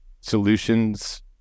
solutions